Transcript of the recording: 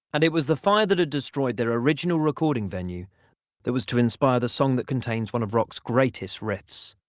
and it was the fire that had destroyed their original recording venue that was to inspire the song that contains one of rock's greatest riffs.